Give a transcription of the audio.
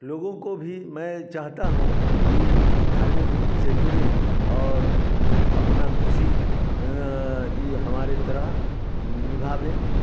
लोगों को भी मैं चाहता हूँ कि धार्मिक रूप से जुड़ें और अपना खुशी ये हमारे तरह निभावे